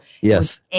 Yes